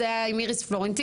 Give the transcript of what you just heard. אז זה היה עם איריס פלורנטין,